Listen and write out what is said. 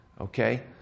okay